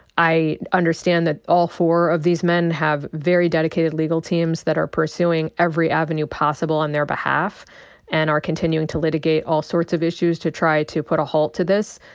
i understand that all four of these men have very dedicated legal teams that are pursuing every avenue possible on their behalf and are continuing to litigate all sorts of issues to try to put a halt to this,